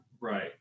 Right